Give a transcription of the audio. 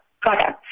products